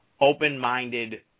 open-minded